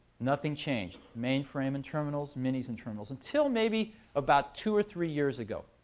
nothing changed. mainframe and terminals, minis and terminals. until maybe about two or three years ago.